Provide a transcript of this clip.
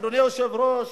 אדוני היושב-ראש,